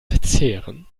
verzehren